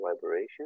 vibration